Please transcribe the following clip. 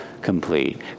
complete